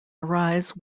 arise